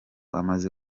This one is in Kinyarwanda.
amaze